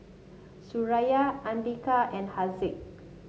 Suraya Andika and Haziq